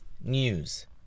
news